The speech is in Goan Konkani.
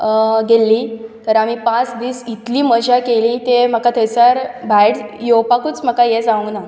गेल्लीं तर आमी पांच दीस इतली मजा केली तें म्हाका थंयसर भायर येवपाकूच म्हाका हें जावूं ना